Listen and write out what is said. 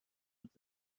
قدرت